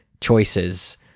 choices